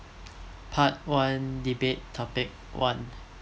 part one debate topic one